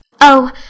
Oh